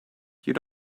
you